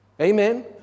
Amen